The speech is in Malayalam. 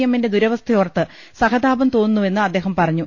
എ മ്മിന്റെ ദുരവസ്ഥയോർത്ത് സഹതാപം തോന്നുന്നുവെന്ന് അദ്ദേഹം പറഞ്ഞു